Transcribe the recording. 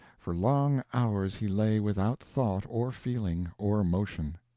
for long hours he lay without thought or feeling or motion.